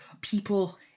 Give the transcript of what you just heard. people